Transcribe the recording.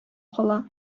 кала